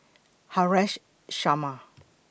Haresh Sharma